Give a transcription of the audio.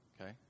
Okay